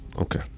Okay